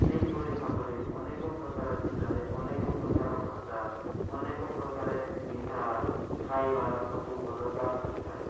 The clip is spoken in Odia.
ସେହିପରି ଭାବରେ ଅନେକ ପ୍ରକାର ଜିଲ୍ଲାରେ ଅନେକ ପ୍ରକାର ଭାଷା ଅନେକପ୍ରକାରେ ପିନ୍ଧା ଖାଇବା ସବୁ ଅଲଗା ହୋଇଥାଏ